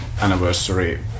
anniversary